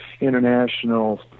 international